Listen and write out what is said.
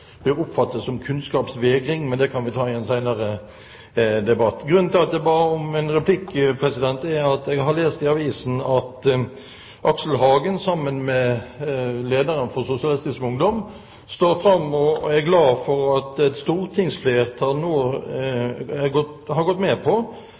oppfattes som kunnskapsvegring. Men det kan vi ta i en senere debatt. Grunnen til at jeg ba om replikk, er at jeg har lest i avisen at Aksel Hagen, sammen med lederen for Sosialistisk Ungdom, står fram og er glad for at